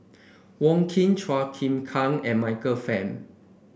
Wong Keen Chua Chim Kang and Michael Fam